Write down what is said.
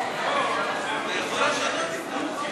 כשירות רב ראשי והרכב האספה